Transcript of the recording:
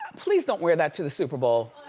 please don't wear that to the super bowl.